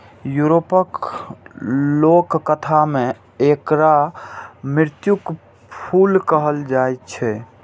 यूरोपक लोककथा मे एकरा मृत्युक फूल कहल जाए छै